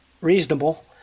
reasonable